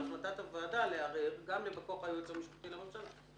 על החלטת הוועדה גם על ידי בא כוח היועץ המשפטי לממשלה.